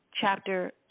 chapter